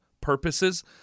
purposes